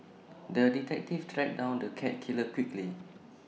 the detective tracked down the cat killer quickly